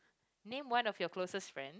name one of your closest friend